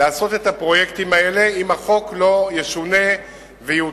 לעשות את הפרויקטים האלה אם החוק לא ישונה ויותאם